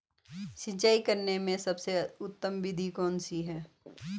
सिंचाई करने में सबसे उत्तम विधि कौन सी है?